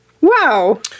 Wow